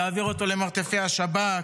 להעביר אותו למרתפי השב"כ,